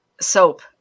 soap